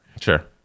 Sure